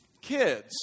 kids